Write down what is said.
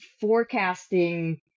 forecasting